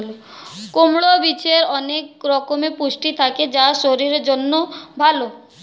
কুমড়োর বীজে অনেক রকমের পুষ্টি থাকে যা শরীরের জন্য ভালো